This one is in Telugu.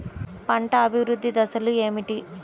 పంట అభివృద్ధి దశలు ఏమిటి?